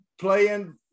playing